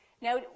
Now